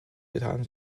getan